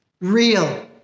Real